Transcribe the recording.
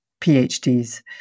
phds